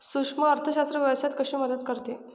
सूक्ष्म अर्थशास्त्र व्यवसायात कशी मदत करते?